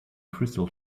crystal